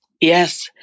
Yes